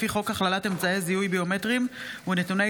לפי חוק הכללת אמצעי זיהוי ביומטריים ונתוני